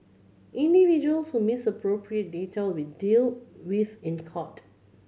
individuals who misappropriate data will be dealt with in court